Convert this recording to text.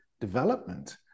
development